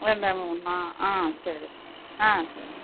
எல்லாமே ஒன்றா ஆ சரி ஆ சரிங்க